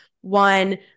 one